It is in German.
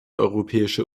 europäische